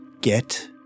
Get